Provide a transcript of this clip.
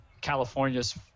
Californias